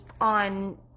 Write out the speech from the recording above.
on